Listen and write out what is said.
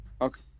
okay